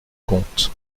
comte